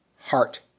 heart